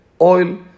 oil